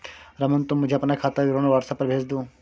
रमन, तुम मुझे अपना खाता विवरण व्हाट्सएप पर भेज दो